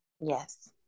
Yes